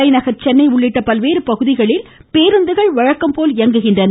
தலைநகர் சென்னை உள்ளிட்ட பல்வேறு பகுதிகளில் பேருந்துகள் வழக்கம் போல் இயங்குகின்றன